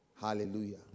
Hallelujah